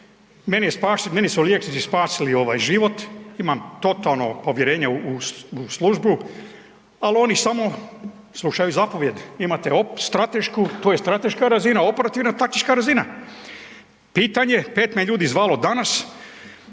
meni su liječnici spasili ovaj život imam totalno povjerenje u službu, ali oni samo slušaju zapovijedi. Imate stratešku, to je strateška razina, operativna taktička razina. Pitanje, 5 me ljudi zvalo danas